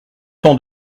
temps